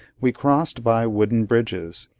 we crossed by wooden bridges,